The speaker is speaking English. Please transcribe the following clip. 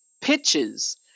Pitches